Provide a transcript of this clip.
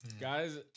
Guys